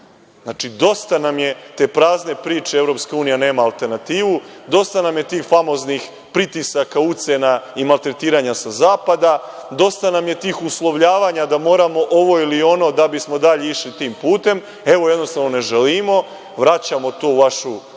Znači, dosta nam je te prazne priče EU nema alternativa, dosta nam je tih famoznih pritisaka, ucena i maltretiranja sa zapada, dosta nam je tih uslovljavanja da moramo ovo ili ono da bismo dalje išli tim putem. Evo, jednostavno ne želimo, vraćamo to u vašu ulaznicu